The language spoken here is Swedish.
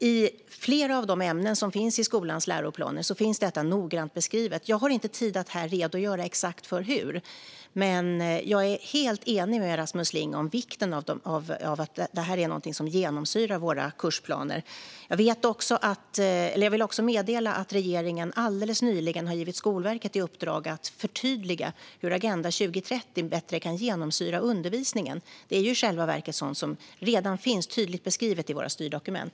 I flera av de ämnen som finns i skolans läroplaner finns detta noggrant beskrivet. Jag har inte tid att här redogöra för exakt hur, men jag är helt enig med Rasmus Ling om vikten av att detta är någonting som genomsyrar våra kursplaner. Jag vill också meddela att regeringen alldeles nyligen har givit Skolverket i uppdrag att förtydliga hur Agenda 2030 bättre kan genomsyra undervisningen. Det är ju i själva verket sådant som redan finns tydligt beskrivet i våra styrdokument.